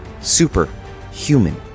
Superhuman